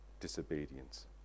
disobedience